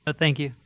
ah thank you.